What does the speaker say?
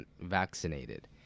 vaccinated